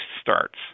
starts